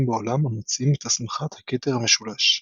בעולם המציעים את הסמכת הכתר המשולש .